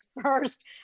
first